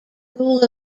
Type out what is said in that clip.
rule